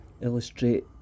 illustrate